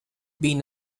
been